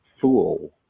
fool